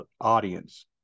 audience